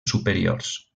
superiors